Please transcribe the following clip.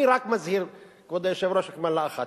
אני רק מזהיר, כבוד היושב-ראש, רק מלה אחת,